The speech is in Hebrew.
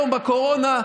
כיום בקורונה,